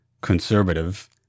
conservative